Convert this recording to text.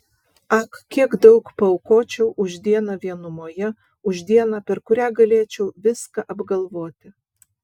ak kiek daug paaukočiau už dieną vienumoje už dieną per kurią galėčiau viską apgalvoti